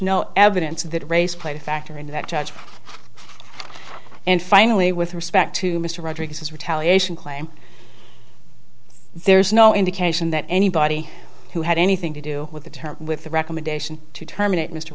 no evidence that race played a factor in that judge and finally with respect to mr rodriguez's retaliation claim there's no indication that anybody who had anything to do with the term with the recommendation to terminate mr